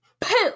poop